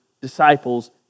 disciples